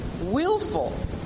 willful